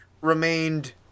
remained